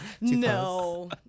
No